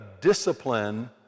discipline